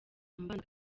umubano